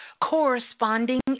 corresponding